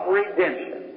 redemption